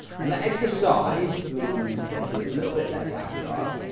and that extra size means they feel a little bit less agile,